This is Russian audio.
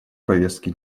повестки